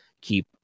keep